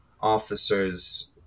officers